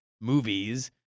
movies